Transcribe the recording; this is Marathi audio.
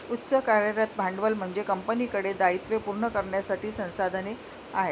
उच्च कार्यरत भांडवल म्हणजे कंपनीकडे दायित्वे पूर्ण करण्यासाठी संसाधने आहेत